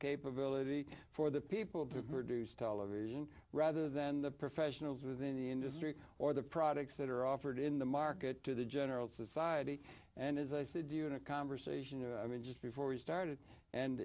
capability for the people to produce television rather than the professionals within the industry or the products that are offered in the market to the general society and as i said to you in a conversation and i mean just before we started and